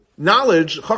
Knowledge